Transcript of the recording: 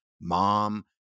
mom